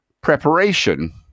preparation